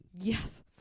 Yes